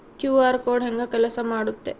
QR code ಹೆಂಗ ಕೆಲಸ ಮಾಡುತ್ತೆ?